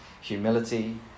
humility